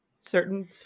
certain